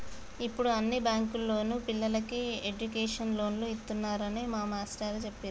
యిప్పుడు అన్ని బ్యేంకుల్లోనూ పిల్లలకి ఎడ్డుకేషన్ లోన్లు ఇత్తన్నారని మా మేష్టారు జెప్పిర్రు